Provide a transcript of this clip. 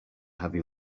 heavy